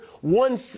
one